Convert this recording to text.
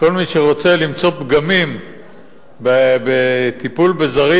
כל מי שרוצה למצוא פגמים בטיפול בזרים